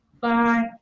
bye